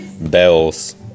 bells